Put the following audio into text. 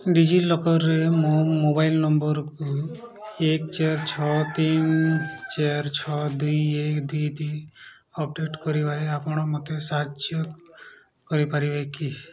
ଡିଜିଲକର୍ରେ ମୋ ମୋବାଇଲ୍ ନମ୍ବର୍କୁ ଏକ ଚାରି ଛଅ ତିନି ଚାରି ଛଅ ଦୁଇ ଏକ ଦୁଇ ଦୁଇ ଅପଡ଼େଟ୍ କରିବାରେ ଆପଣ ମୋତେ ସାହାଯ୍ୟ କରିପାରିବେ କି